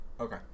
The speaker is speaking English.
Okay